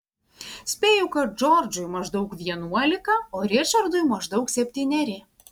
spėju kad džordžui maždaug vienuolika o ričardui maždaug septyneri